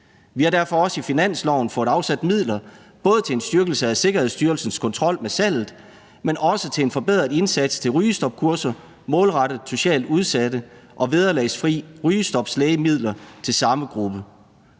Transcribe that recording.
vi har derfor også i finansloven fået afsat midler både til en styrkelse af Sikkerhedsstyrelsens kontrol med salget, men også til en forbedret indsats for rygestopkurser målrettet socialt udsatte og vederlagsfri rygestoplægemidler til samme gruppe.